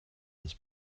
his